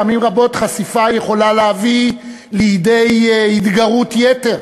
פעמים רבות חשיפה יכולה להביא לידי התגרות יתר.